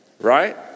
right